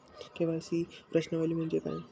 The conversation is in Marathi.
के.वाय.सी प्रश्नावली म्हणजे काय?